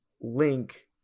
Link